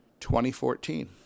2014